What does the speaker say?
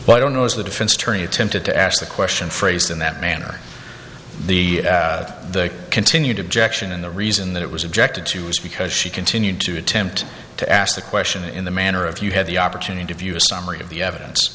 but i don't know as the defense attorney attempted to ask the question phrased in that manner the the continued objection and the reason that it was objected to was because she continued to attempt to ask the question in the manner of you had the opportunity to view a summary of the evidence